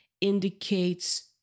indicates